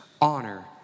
honor